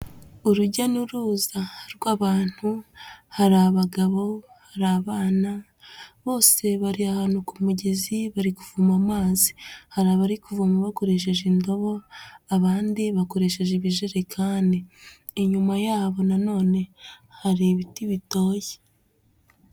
Urujya n'uruza rw'abantu, hari abagabo hari abana, bose bari ahantu ku mugezi bari kuvoma amazi. Hari abari kuvoma bakoresheje indobo abandi bakoresheje ibijerekani, inyuma yabo na none hari ibiti bitoshye.